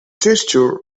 gesture